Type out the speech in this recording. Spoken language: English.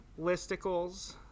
listicles